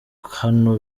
hano